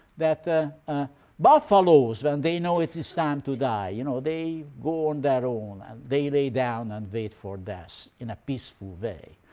that buffaloes when they know it is time to die, you know they go on their own and they lay down and wait for death in a peaceful way.